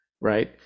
right